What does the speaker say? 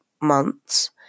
months